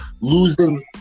losing